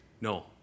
no